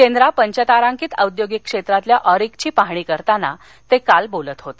शेंद्रा पंचतारांकित औद्योगिक क्षेत्रातल्या ऑरिकची पाहणी करताना ते काल बोलत होते